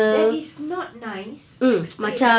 that is not nice explain